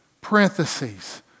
parentheses